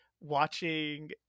watching